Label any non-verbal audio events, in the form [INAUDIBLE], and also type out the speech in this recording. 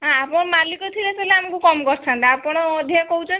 ହଁ ଆପଣ ମାଲିକ ଥିଲେ [UNINTELLIGIBLE] ଆମକୁ କମ୍ କରିଥାନ୍ତେ ଆପଣ ଅଧିକା କହୁଛନ୍ତି